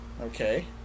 Okay